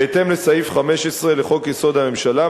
בהתאם לסעיף 15 לחוק-יסוד: הממשלה,